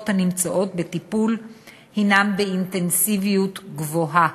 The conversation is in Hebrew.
הנמצאות בטיפול מטופלות באינטנסיביות גבוהה,